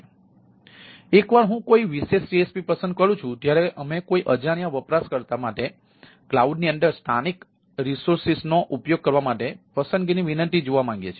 તેથી એકવાર હું કોઈ વિશેષ CSP પસંદ કરું છું ત્યારે અમે કોઈ અજાણ્યા વપરાશકર્તા માટે કલાઉડની અંદર સ્થાનિક સંસાધનોનો ઉપયોગ કરવા માટે પસંદગીની વિનંતી જોવા માંગીએ છીએ